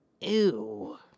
Ew